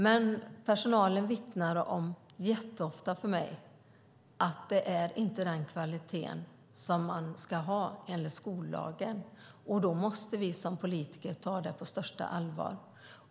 Men personalen vittnar jätteofta om att det inte är den kvalitet som man ska ha enligt skollagen. Då måste vi som politiker ta det på största allvar.